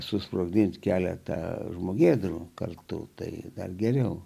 susprogdinti keletą žmogėdrų kartu tai dar geriau